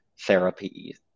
therapy